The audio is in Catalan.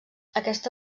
aquesta